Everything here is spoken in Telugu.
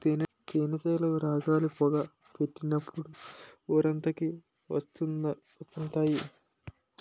తేనేటీగలు రాగాలు, పొగ పెట్టినప్పుడు ఊరంతకి వత్తుంటాయి